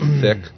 thick